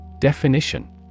Definition